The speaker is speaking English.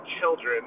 children